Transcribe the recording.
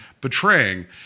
betraying